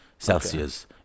Celsius